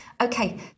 Okay